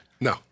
No